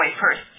first